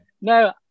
No